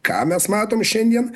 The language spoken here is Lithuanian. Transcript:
ką mes matom šiandien